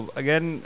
again